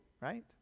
right